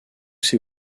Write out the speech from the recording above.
ces